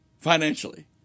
financially